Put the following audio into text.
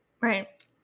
Right